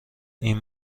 این